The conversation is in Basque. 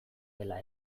dela